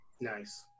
Nice